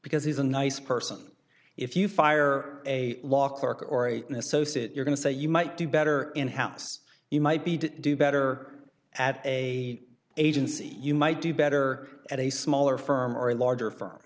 because he's a nice person if you fire a law clerk or eat an associate you're going to say you might do better in house you might be to do better at a agency you might do better at a smaller firm or a larger firm